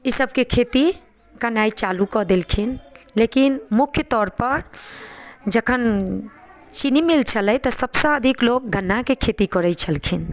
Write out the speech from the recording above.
ई सभके खेती केनाइ चालू कऽ देलखिन लेकिन मुख्य तौरपर जखन चीनी मील छलै तऽ सभसँ अधिक लोक गन्नाके खेती करै छलखिन